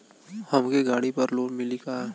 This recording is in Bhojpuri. हमके गाड़ी पर लोन मिली का?